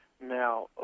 Now